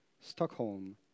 Stockholm